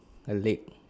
a lake